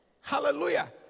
Hallelujah